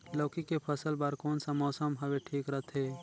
लौकी के फसल बार कोन सा मौसम हवे ठीक रथे?